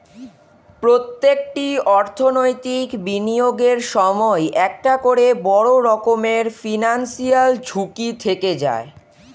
প্রত্যেকটি অর্থনৈতিক বিনিয়োগের সময়ই একটা করে বড় রকমের ফিনান্সিয়াল ঝুঁকি থেকে যায়